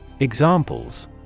Examples